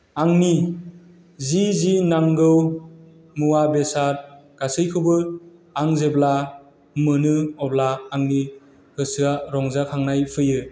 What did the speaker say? आंनि जे जे नांगौ मुवा बेसाद गासैखौबो आं जेब्ला मोनो अब्ला आंनि गोसोआ रंजाखांनाय फैयो